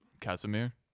Casimir